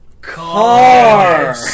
Car